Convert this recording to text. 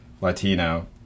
Latino